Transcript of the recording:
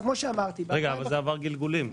זה עבר גלגולים.